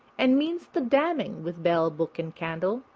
and means the damning, with bell, book and candle,